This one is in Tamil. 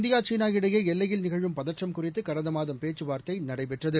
இந்தியா சீனா இடையே எல்லையில் நிகழும் பதற்றம் குறித்து கடந்த மாதம் பேச்சுவார்த்தை நடைபெற்றது